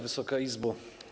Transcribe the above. Wysoka Izbo!